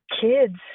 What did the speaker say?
kids